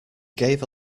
gave